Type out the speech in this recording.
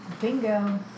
Bingo